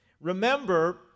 Remember